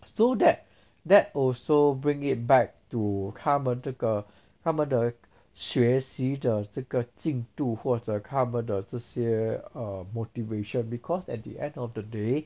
so that that also bring it back to 他们这个他们的学习的这个进度或者他们的这些 err motivation because at the end of the day